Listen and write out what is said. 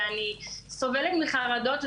אני סובלת מחרדות,